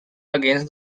against